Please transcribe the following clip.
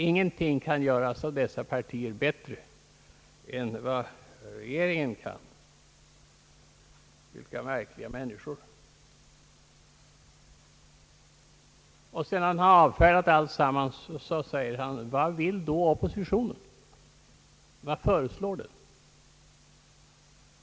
Ingenting kan dessa partier göra bättre än regeringen kan. Vilka märkliga människor! Sedan statsrådet Wickman avfärdat alla förslagen frågar han: Vad vill oppositionen? Vad föreslår den?